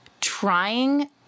trying